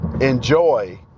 enjoy